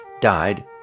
died